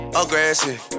aggressive